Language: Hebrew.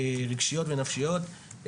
רגשיות ונפשיות,